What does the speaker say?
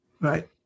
right